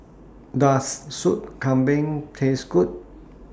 Does Soup Kambing Taste Good